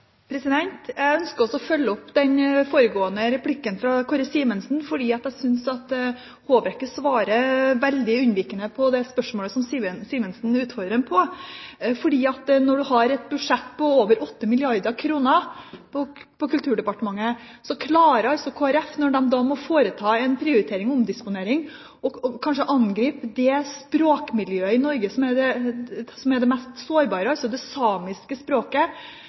igjen. Jeg ønsker å følge opp den foregående replikken fra Kåre Simensen fordi jeg synes Håbrekke svarer veldig unnvikende på det spørsmålet Simensen utfordret ham på. Når du har et budsjett for Kulturdepartementet på over 8 mrd. kr, klarer Kristelig Folkeparti, når de da må foreta en prioritering og omdisponering, å angripe det språkmiljøet i Norge som er det mest sårbare, det samiske språket.